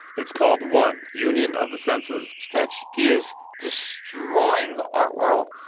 it's called one union of the senses. stretch, he is destroying the art world.